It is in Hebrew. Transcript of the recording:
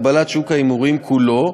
הגבלת שוק ההימורים כולו,